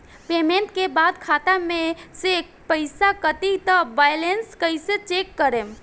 Payment के बाद खाता मे से पैसा कटी त बैलेंस कैसे चेक करेम?